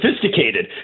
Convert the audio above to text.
sophisticated